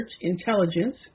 intelligence